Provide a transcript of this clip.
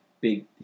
big